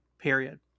period